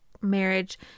marriage